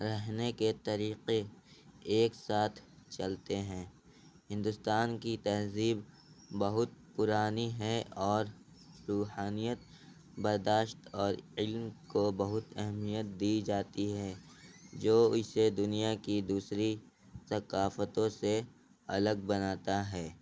رہنے کے طریقے ایک ساتھ چلتے ہیں ہندوستان کی تہذیب بہت پرانی ہے اور روحانیت برداشت اور علم کو بہت اہمیت دی جاتی ہے جو اسے دنیا کی دوسری ثقافتوں سے الگ بناتا ہے